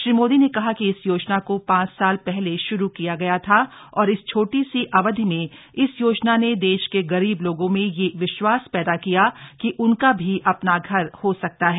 श्री मोदी ने कहा कि इस योजना को पांच साल पहले शुरू किया गया था और इस छोटी सी अवधि में इस योजना ने देश के गरीब लोगों में यह विश्वास पैदा किया कि उनका भी अपना घर हो सकता है